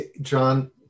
John